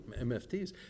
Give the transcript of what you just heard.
mfts